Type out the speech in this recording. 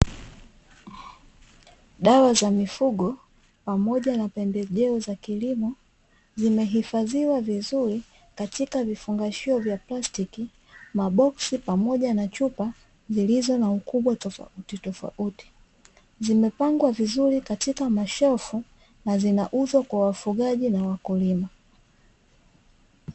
Dawa za mifugo pamoja na pembejeo za kilimo zimehifadhiwa vizuri katika vifungashio vya plastiki, maboksi pamoja na chupa zilizo na ukubwa tofautitofauti. Zimepangwa vizuri katika mashelfu na zinauzwa kwa wafugaji na wakulima.